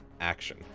action